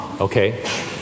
Okay